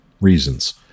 reasons